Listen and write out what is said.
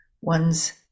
one's